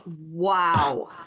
Wow